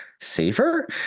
safer